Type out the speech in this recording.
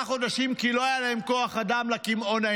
חודשים כי לא היה להם כוח אדם לקמעונאים.